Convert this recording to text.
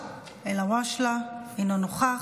אינו נוכח.